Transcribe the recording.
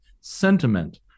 sentiment